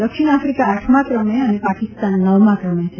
દક્ષિણ આફીકા આઠમા ક્રમે અને પાકિસ્તાન નવમા ક્રમે છે